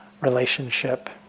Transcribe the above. relationship